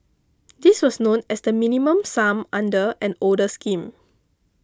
this was known as the Minimum Sum under an older scheme